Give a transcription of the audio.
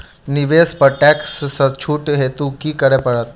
निवेश पर टैक्स सँ छुट हेतु की करै पड़त?